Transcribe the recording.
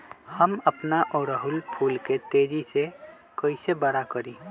हम अपना ओरहूल फूल के तेजी से कई से बड़ा करी?